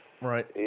Right